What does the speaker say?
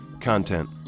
content